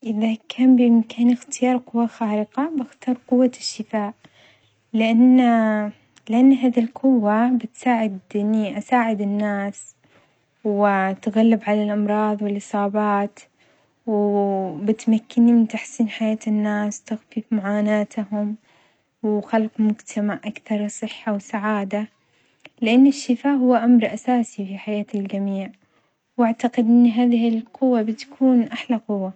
إذا كان بإمكاني اختيار قوة خارقة بختار قوة الشفاء، لأن هذي القوة بتساعد إني أساعد الناس وأتغلب على الأمراض والإصابات، و بتمكني من تحسين حياة الناس وتخفيف معاناتهم وخلق مجتمع أكثر صحة وسعادة، لأن الشفاء هو أمر أساسي في حياة الجميع، وأعتقد أن هذه القوة بتكون أحلى قوة.